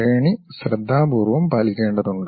ശ്രേണി ശ്രദ്ധാപൂർവ്വം പാലിക്കേണ്ടതുണ്ട്